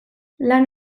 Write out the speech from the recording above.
lan